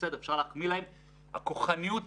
צריך שתהיה ועדה ציבורית או ועדה מייעצת